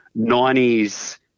90s